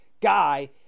guy